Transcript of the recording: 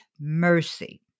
mercy